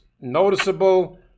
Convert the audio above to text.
noticeable